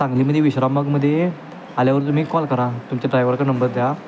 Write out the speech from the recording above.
सांगलीमध्ये विश्रामबागमध्ये आल्यावर तुम्ही कॉल करा तुमच्या ड्रायव्हरचा नंबर द्या